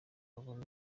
babone